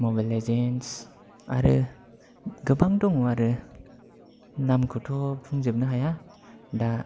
mobile Legends आरो गोबां दङ आरो नामखौथ' बुंजोबनो हाया दा